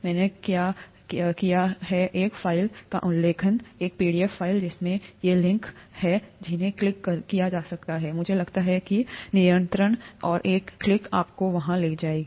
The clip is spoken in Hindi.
मैंने किया है एक फ़ाइल का उल्लेख एक पीडीएफ फाइल जिसमें ये लिंक होंगे जिन्हें क्लिक किया जा सकता है मुझे लगता है कि नियंत्रण और एक क्लिक आपको वहां ले जाएगा